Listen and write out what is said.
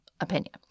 opinion